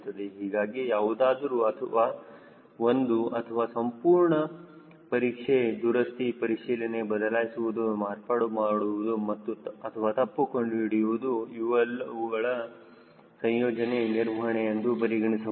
ಹೀಗಾಗಿ ಯಾವುದಾದರೂ ಒಂದು ಅಥವಾ ಸಂಪೂರ್ಣ ಪರೀಕ್ಷೆ ದುರಸ್ತಿ ಪರಿಶೀಲನೆ ಬದಲಾಯಿಸುವುದು ಮಾರ್ಪಾಡು ಮಾಡುವುದು ಅಥವಾ ತಪ್ಪು ಕಂಡು ಹಿಡಿಯುವುದು ಇವುಗಳ ಸಂಯೋಜನೆ ನಿರ್ವಹಣೆ ಎಂದು ಪರಿಗಣಿಸಬಹುದು